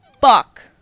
fuck